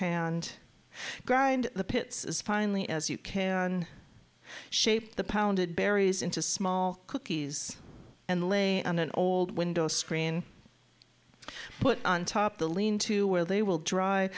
hand grind the pits is finally as you can shape the pounded berries into small cookies and lay on an old window screen put on top the lean to where they will drive